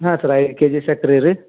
ಹಾಂ ಸರ್ ಐದು ಕೆಜಿ ಸಕ್ರೆ ರೀ